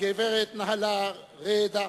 הגברת נהלה רידא,